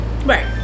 right